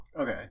Okay